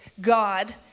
God